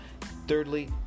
Thirdly